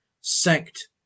sect